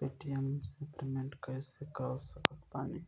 Paytm से पेमेंट कइसे कर सकत बानी?